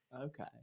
Okay